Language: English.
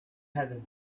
had